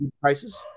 prices